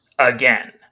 Again